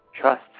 trust